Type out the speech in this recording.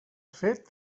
fet